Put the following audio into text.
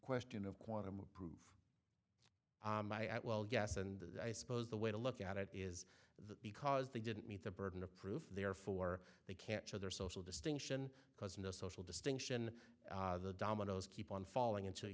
question of quantum of proof well yes and i suppose the way to look at it is that because they didn't meet the burden of proof therefore they can't show their social distinction because no social distinction the dominoes keep on falling into you